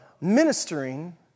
ministering